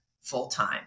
full-time